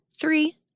three